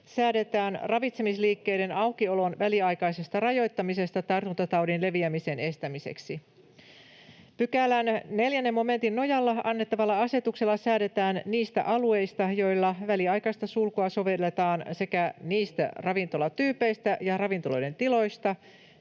säädetään ravitsemisliikkeiden aukiolon väliaikaisesta rajoittamisesta tartuntataudin leviämisen estämiseksi. Pykälän 4 momentin nojalla annettavalla asetuksella säädetään niistä alueista, joilla väliaikaista sulkua sovelletaan, sekä niistä ravintolatyypeistä ja ravintoloiden tiloista,